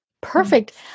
Perfect